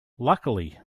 luckily